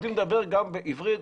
ויודעים לדבר גם בעברית,